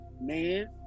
man